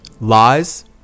lies